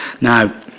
Now